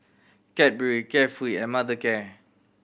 Cadbury Carefree and Mothercare